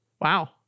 Wow